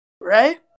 Right